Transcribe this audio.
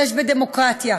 שאפשר,